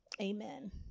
amen